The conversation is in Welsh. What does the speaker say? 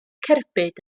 cerbyd